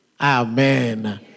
Amen